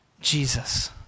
Jesus